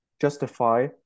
justify